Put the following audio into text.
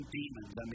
demons